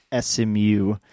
SMU